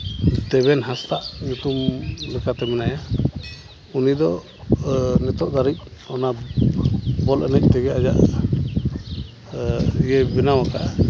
ᱫᱮᱵᱮᱱ ᱦᱟᱸᱥᱫᱟᱜ ᱧᱩᱛᱩᱢ ᱞᱮᱠᱟᱛᱮ ᱢᱮᱱᱟᱭᱟ ᱩᱱᱤᱫᱚ ᱱᱤᱛᱚᱜ ᱫᱷᱟᱹᱨᱤᱡ ᱚᱱᱟ ᱵᱚᱞ ᱮᱱᱮᱡᱛᱮᱜᱮ ᱟᱭᱟᱜ ᱤᱭᱟᱹᱭ ᱵᱮᱱᱟᱣ ᱟᱠᱟᱫᱼᱟ